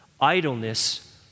Idleness